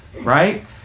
Right